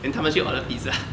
then 他们去 order pizza